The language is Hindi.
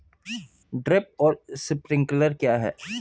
ड्रिप और स्प्रिंकलर क्या हैं?